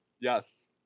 Yes